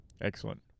Excellent